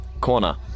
Corner